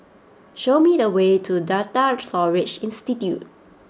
show me the way to Data Storage Institute